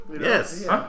Yes